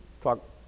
talk